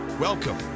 Welcome